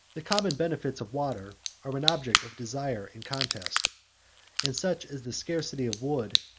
the common benefits of water are an object of desire and contest and such is the scarcity of wood,